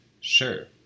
Sure